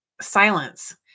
silence